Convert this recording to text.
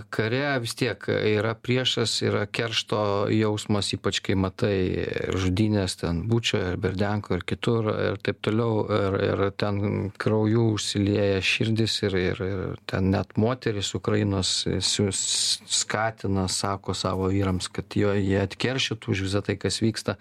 kare vis tiek yra priešas yra keršto jausmas ypač kai matai ir žudynės ten bučoj ar berdiankoj ar kitur ir taip toliau ir ir ten krauju užsilieja širdys ir ir ten net moterys ukrainos su skatina sako savo vyrams kad jo jie atkeršytų už visa tai kas vyksta